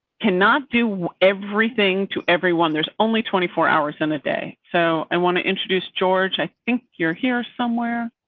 cannot do everything to everyone. there's only twenty four hours in a day. so i want to introduce george. i think you're here somewhere.